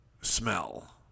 smell